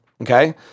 Okay